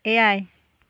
ᱮᱭᱟᱭ